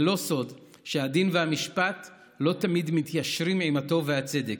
זה לא סוד שהדין והמשפט לא תמיד מתיישרים עם הטוב והצדק.